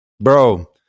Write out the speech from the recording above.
bro